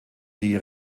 die